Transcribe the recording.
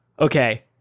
Okay